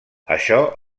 això